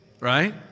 right